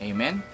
Amen